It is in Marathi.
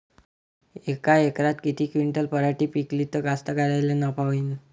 यका एकरात किती क्विंटल पराटी पिकली त कास्तकाराइले नफा होईन?